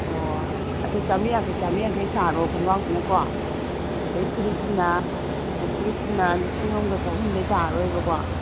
ꯑꯣ ꯑꯗꯣ ꯆꯥꯝꯔꯤ ꯌꯥꯡꯈꯩ ꯆꯥꯝꯔꯤ ꯌꯥꯡꯈꯩ ꯁꯥꯔꯣ ꯈꯣꯡꯒ꯭ꯔꯥꯎꯁꯤꯅꯀꯣ ꯑꯗꯩ ꯐꯨꯔꯤꯠꯁꯤꯅ ꯐꯨꯔꯤꯠꯁꯤꯅ ꯂꯤꯁꯤꯡ ꯑꯝꯒ ꯆꯍꯨꯝꯗꯩ ꯇꯥꯔꯔꯣꯏꯕꯀꯣ